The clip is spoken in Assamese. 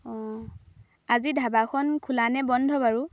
অঁ আজি ধাবাখন খোলানে বন্ধ বাৰু